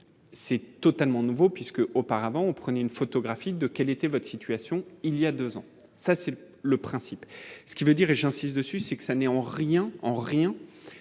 C'est totalement nouveau puisque, auparavant, on prenait une photographie de quelle était votre situation il y a 2 ans, ça c'est le principe, ce qui veut dire, et j'insiste dessus, c'est que ça n'est en rien, en rien